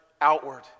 outward